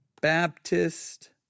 Baptist